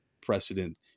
precedent